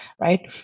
right